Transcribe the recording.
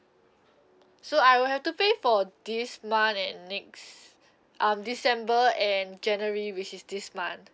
so I would have to pay for this month and next um december and january which is this month